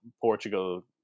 Portugal